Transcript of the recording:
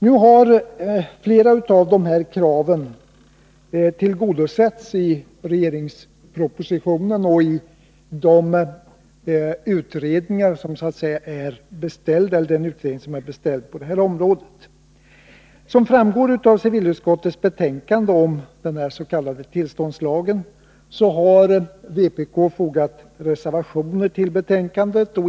Nu har flera av dessa krav tillgodosetts i regeringspropositionen och i den utredning som är beställd på detta område. Som framgår av civilutskottets betänkande om den här s.k. tillståndslagen, har vpk fogat reservationer till betänkandet.